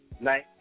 nice